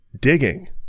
digging